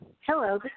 hello